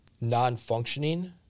non-functioning